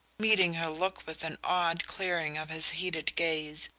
meeting her look with an odd clearing of his heated gaze,